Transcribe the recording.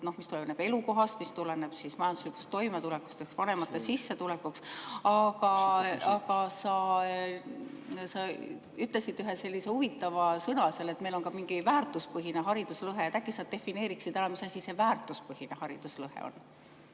mis tuleneb elukohast, mis tuleneb majanduslikust toimetulekust, vanemate sissetulekust. Aga sa kasutasid ka üht sellist huvitavat sõna, et meil on ka väärtuspõhine hariduslõhe. Äkki sa defineeriksid ära, mis asi see väärtuspõhine hariduslõhe on?